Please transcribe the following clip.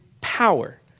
power